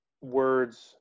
words